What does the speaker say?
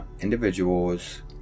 individuals